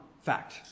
fact